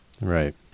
Right